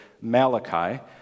Malachi